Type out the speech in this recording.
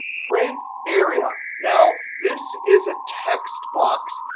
print area. now, this is a text box.